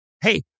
hey